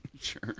Sure